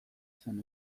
zen